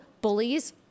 bullies